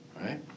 Right